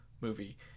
movie